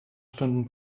stunden